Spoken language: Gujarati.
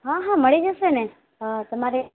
હા હા મળી જશે ને તમારે